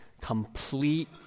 complete